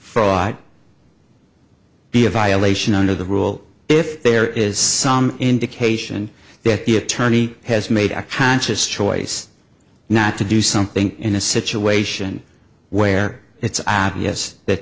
a violation of the rule if there is some indication that the attorney has made a conscious choice not to do something in a situation where it's obvious that